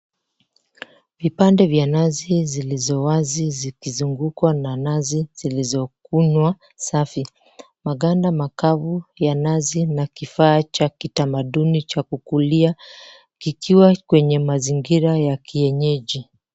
Vipande vya nazi zilizo wazi zikizungukwa na nazi zilizokunwa safi. Maganda makavu ya nazi na kifaa cha kitamaduni cha kukulia likiwa kwenye mazingira ya kienyeji.